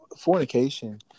fornication